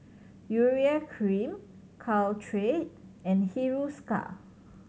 Urea Cream Caltrate and Hiruscar